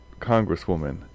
congresswoman